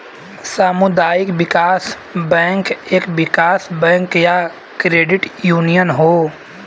सामुदायिक विकास बैंक एक विकास बैंक या क्रेडिट यूनियन हौ